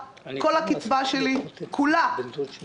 יצחק: אני מתנצל, בסדר?